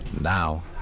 Now